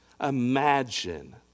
Imagine